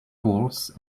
poles